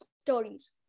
stories